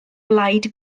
blaid